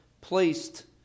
placed